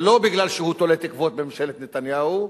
ולא בגלל שהוא תולה תקוות בממשלת נתניהו,